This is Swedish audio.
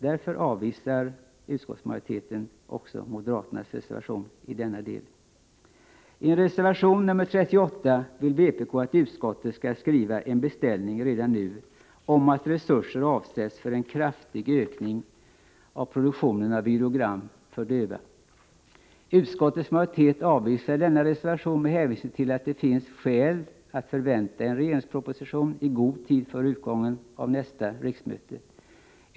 Därför avvisar utskottsmajoriteten moderaternas reservation 37. I reservation 38 vill vpk att utskottet redan nu skall skriva en beställning om att resurser avsätts för en kraftig ökning av produktionen av videogram för döva. Utskottets majoritet avvisar denna reservation med hänvisning till att det finns skäl att förvänta en regeringsproposition i god tid före utgången av nästa riksmöte.